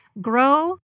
grow